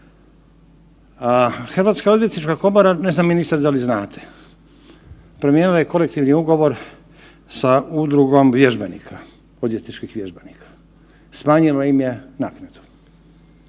Hrvatska odvjetnička komora, ne znam ministar da li znate, promijenila je kolektivni ugovor sa udrugom vježbenika, odvjetničkih vježbenika, smanjila im je naknade.